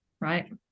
right